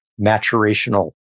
maturational